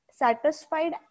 satisfied